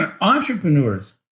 Entrepreneurs